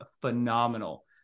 phenomenal